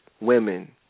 women